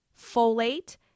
folate